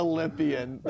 Olympian